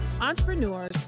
entrepreneurs